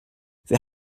für